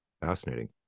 Fascinating